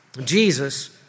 Jesus